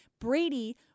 Brady